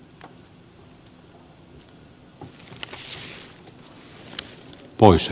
herra puhemies